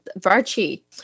Varchi